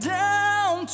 down